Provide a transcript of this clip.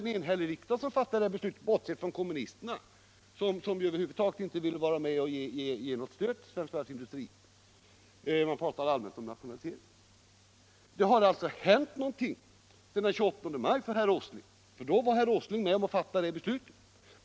En enhällig riksdag fattade det beslutet, bortsett från kommunisterna som över huvud taget inte ville vara med om att ge något stöd till svensk varvsindustri utan pratade allmänt om nationalisering. Det har alltså hänt någonting sedan den 28 maj för herr Åsling, ty då var han med om att fatta det här beslutet.